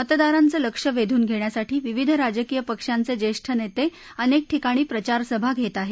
मतदारांचं लक्ष वेधून घेण्यासाठी विविध राजकीय पक्षांचे ज्येष्ठ नेते अनेक ठिकाणी प्रचारसभा घेत आहेत